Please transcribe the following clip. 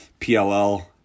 PLL